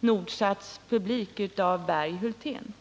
Nordsats publik av Berg-Hultén.